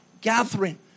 gathering